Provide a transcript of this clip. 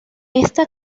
esta